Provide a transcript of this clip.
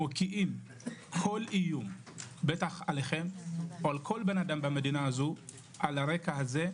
מוקיעים כל איום עליכם או על כל אדם במדינה על הרקע הזה,